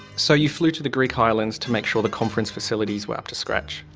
so you flew to the greek islands to make sure the conference facilities were up to scratch?